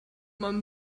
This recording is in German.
man